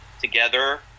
together